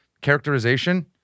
characterization